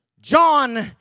John